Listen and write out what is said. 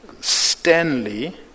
Stanley